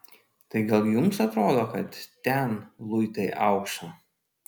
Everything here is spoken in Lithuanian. tai gal jums atrodo kad ten luitai aukso